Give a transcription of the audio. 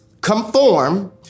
conform